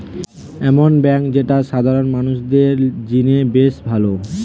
এমন বেঙ্ক যেটা সাধারণ মানুষদের জিনে বেশ ভালো